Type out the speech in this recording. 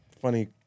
funny